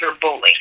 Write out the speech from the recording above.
bully